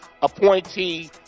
appointee